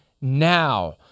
now